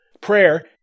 prayer